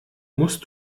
musst